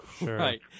Right